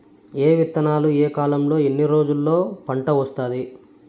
ఏ విత్తనాలు ఏ కాలంలో ఎన్ని రోజుల్లో పంట వస్తాది?